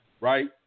right